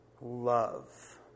love